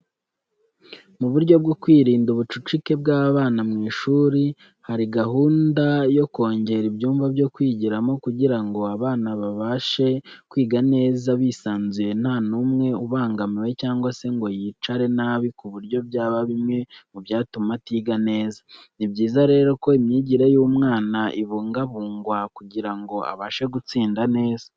Mu buryo bwo kwirinda ubucucike bw'abana mu ishuri hari gahunda yo kongera ibyumba byo kwigiramo kugira ngo abana babashe kwiga neza bisanzuye nta numwe ubangamiwe cyangwa se ngo yicare nabi ku buryo byaba bimwe mu byatuma atiga neza. Ni byiza rero ko imyigire y'umwana ibungabungwa kugira ngo abashe gutsinda neza.